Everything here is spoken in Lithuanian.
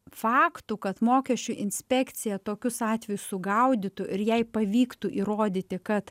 faktų kad mokesčių inspekcija tokius atvejus sugaudytų ir jai pavyktų įrodyti kad